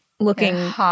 Looking